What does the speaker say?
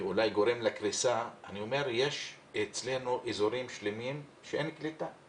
שגורמים לקריסה אני רוצה לומר שיש אצלנו אזורים שלמים שאין בהם קליטה.